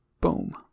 Boom